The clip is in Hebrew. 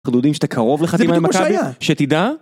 אנחנו יודעים שאתה קרוב לחתימה עם מכבי, שתדע... -זה בדיוק מה שהיה